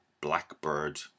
blackbird